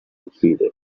repeated